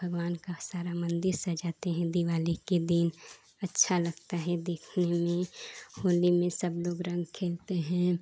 भगवान का सारा मन्दिर सजाते हैं दिवाली के दिन अच्छा लगता है देखने में होली में सब लोग रंग खेलते हैं